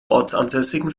ortsansässigen